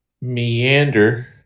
meander